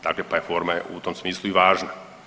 Dakle pa je forma u tom smislu i važna.